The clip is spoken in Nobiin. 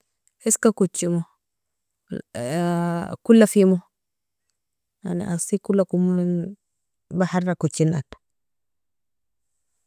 Iska kojemo hesitation kolafemo yani asi kolakomon bahara kojinan